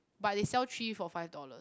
but they sell three for five dollar